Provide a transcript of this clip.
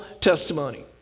testimony